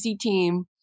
team